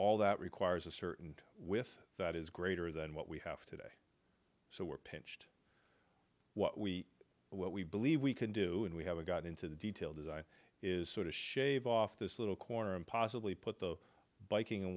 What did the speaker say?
all that requires a certain with that is greater than what we have today so we're pinched what we what we believe we can do and we haven't gotten into the detail design is sort of shave off this little corner and possibly put the biking and